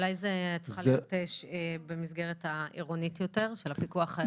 אולי זה צריך להיות במסגרת העירונית של הפיקוח העירוני.